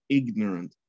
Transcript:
ignorant